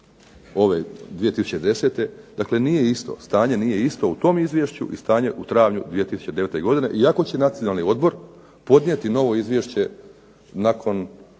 ove 2010., dakle nije isto. Stanje nije isto u tom izvješću i stanje u travnju 2009. godine iako će Nacionalni odbor podnijeti novo izvješće nakon